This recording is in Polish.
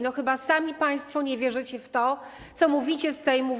No chyba sami państwo nie wierzycie w to, co mówicie z tej mównicy.